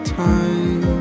time